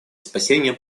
спасения